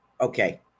Okay